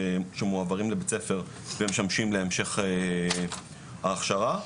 שמועברים לבית הספר ומשמשים להמשך ההכשרה.